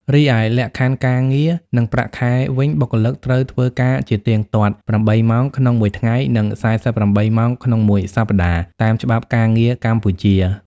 រីឯលក្ខខណ្ឌការងារ និងប្រាក់ខែវិញបុគ្គលិកត្រូវធ្វើការជាទៀងទាត់ ៨ម៉ោង ក្នុងមួយថ្ងៃ និង ៤៨ម៉ោង ក្នុងមួយសប្តាហ៍ តាមច្បាប់ការងារកម្ពុជា។